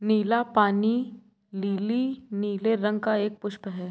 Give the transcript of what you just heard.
नीला पानी लीली नीले रंग का एक पुष्प है